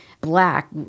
black